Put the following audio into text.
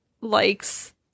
likes